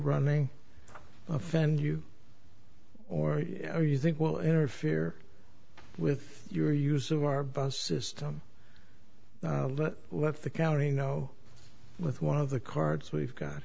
running offend you or you think will interfere with your use of our bus system let the county know with one of the cards we've got